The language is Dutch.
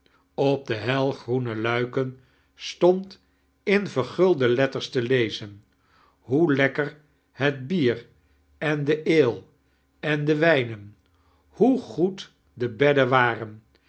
op de helgroene luiken stond in veirgulde letters te lezen hoe lekker heit bier en de ale en do wijnem hoe goed die bedden waren